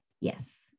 Yes